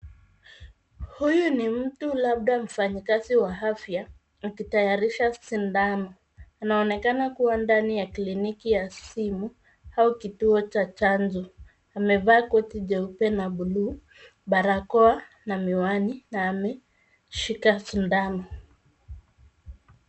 Huyu ni mtu labda mfanyikazi wa afya akitayarisha sindano anaonekana kuwa ndani ya kliniki ya simu au kituo cha chanzo amevaa koti jeupe na buluu barakoa na miwani na ameshika sindano